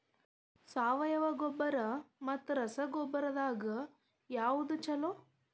ಸಾವಯವ ಗೊಬ್ಬರ ಮತ್ತ ರಸಗೊಬ್ಬರದಾಗ ಯಾವದು ಛಲೋ?